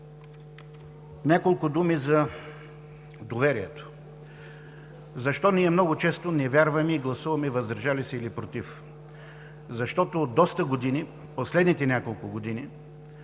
Няколко думи за доверието. Защо ние много често не вярваме и гласуваме „въздържал се“ или „против“? Защото от доста години, последните няколко години,